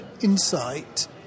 insight